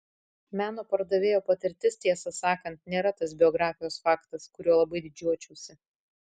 meno pardavėjo patirtis tiesą sakant nėra tas biografijos faktas kuriuo labai didžiuočiausi